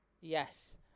Yes